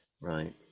right